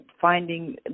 finding